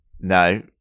No